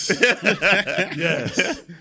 Yes